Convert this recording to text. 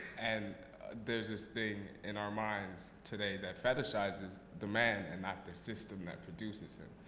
and there's this thing in our minds today that fetishizes the man and not the system that produces him.